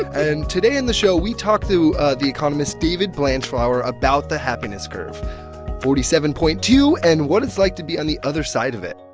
and today in the show, we talk to the economist david blanchflower about the happiness curve forty seven point two and what it's like to be on the other side of it